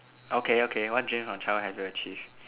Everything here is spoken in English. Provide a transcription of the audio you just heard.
okay okay what dreams from childhood have you achieved